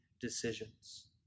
decisions